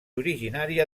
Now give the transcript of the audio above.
originària